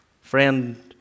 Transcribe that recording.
friend